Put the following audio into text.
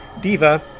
Diva